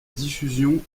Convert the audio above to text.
diffusion